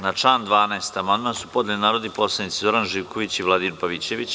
Na član 12. amandman su podneli narodni poslanici Zoran Živković i Vladimir Pavićević.